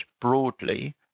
broadly